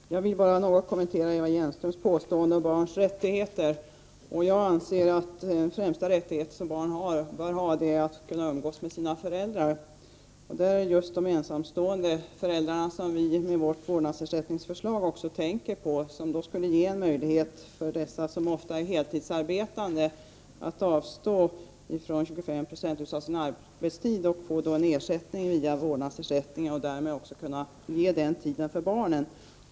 Herr talman! Jag vill bara något kommentera Eva Hjelmströms påståenden om barns rättigheter. Jag anser att den främsta rättigheten för barnen bör vara den att kunna umgås med sina föräldrar. Det är just de ensamstående föräldrarna som vi med vårt vårdnadsersättningsförslag har tänkt på. Det skulle ge en möjlighet för dessa, som ofta är heltidsarbetande, att avstå från 25 90 av sin arbetstid. De skulle då få ersättning genom vårdnadsersättningen. Därmed skulle de också kunna ge denna tid till barnen.